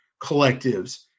collectives